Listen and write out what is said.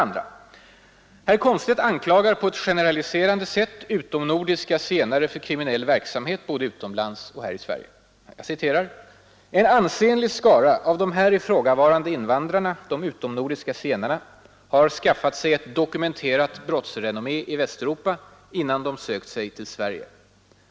Herr Komstedt anklagar på ett generaliserande sätt utomnordiska zigenare för kriminell verksamhet både utomlands och här i Sverige. ”En ansenlig skara av de här ifrågavarande invandrarna — de utomnordiska zigernarna — har nämligen skaffat sig ett dokumenterat brottsrenommé i Västeuropa innan de sökt sig till Sverige.